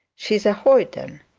she is a hoyden,